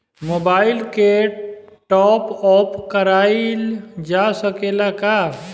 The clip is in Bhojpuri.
मोबाइल के टाप आप कराइल जा सकेला का?